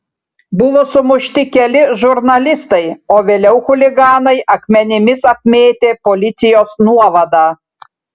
buvo sumušti keli žurnalistai o vėliau chuliganai akmenimis apmėtė policijos nuovadą